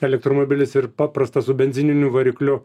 elektromobilis ir paprastas su benzininiu varikliu